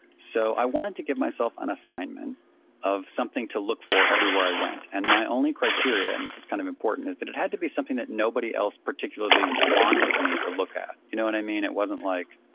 so i wanted to get myself on assignment of something to look for everywhere i went. and my only criteria, and this is kind of important is that it had to be something that nobody else particularly wanted me to look at. you know what and i mean? it wasn't like,